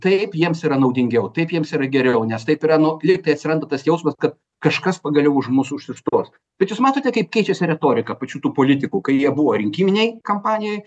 taip jiems yra naudingiau taip jiems yra geriau nes taip yra nu lygtai atsiranda tas jausmas kad kažkas pagaliau už mus užsistos bet jūs matote kaip keičiasi retorika pačių tų politikų kai jie buvo rinkiminėj kampanijoj